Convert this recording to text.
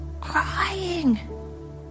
crying